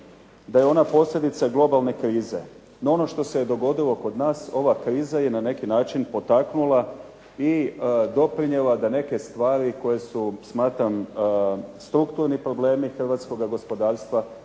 da je ona posljedica globalne krize. No ono što se je dogodilo kod nas, ova kriza je na neki način potaknula i doprinijela da neke stvari koje smatram da su strukturni problemi hrvatskoga gospodarstva,